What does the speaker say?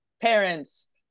parents